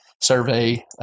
survey